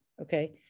okay